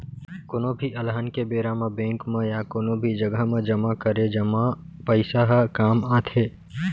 कोनो भी अलहन के बेरा म बेंक म या कोनो भी जघा म जमा करे जमा पइसा ह काम आथे